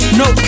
no